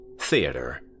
Theater